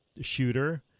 shooter